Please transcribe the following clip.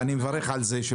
אני מברך על זה,